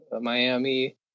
Miami